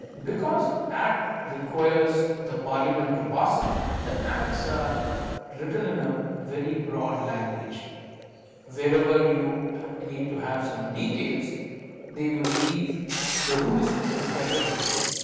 because act requires the parliament to pass it the acts are written in a very broad language wherever you need to have some details they would leave the rules to prescribe the details.